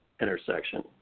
intersection